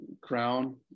crown